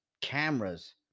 cameras